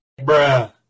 Bruh